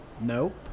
Nope